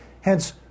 Hence